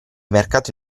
mercato